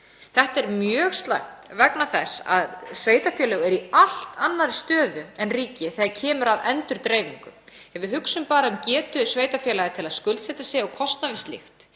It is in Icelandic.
Þetta er mjög slæmt vegna þess að sveitarfélög eru í allt annarri stöðu en ríkið þegar kemur að endurdreifingu. Ef við hugsum bara um getu sveitarfélaga til að skuldsetja sig og kostnað við slíkt,